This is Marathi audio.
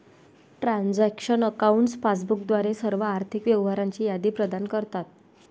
ट्रान्झॅक्शन अकाउंट्स पासबुक द्वारे सर्व आर्थिक व्यवहारांची यादी प्रदान करतात